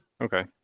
Okay